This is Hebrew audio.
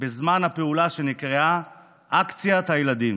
בזמן הפעולה שנקראה אקציית הילדים.